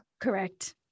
Correct